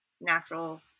natural